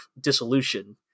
dissolution